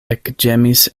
ekĝemis